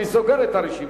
אני סוגר את הרשימה.